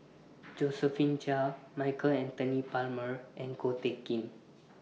Josephine Chia Michael Anthony Palmer and Ko Teck Kin